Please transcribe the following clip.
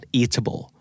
eatable